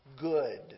good